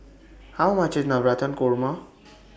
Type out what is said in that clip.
How much IS Navratan Korma